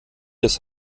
des